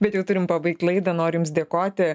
bet jau turime pabaigti laida noriu jums dėkoti